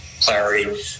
clarity